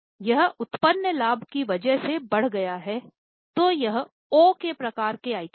यह उत्पन्न लाभ की वजह से बढ़ गया है तो यह ओ के प्रकार के आइटम है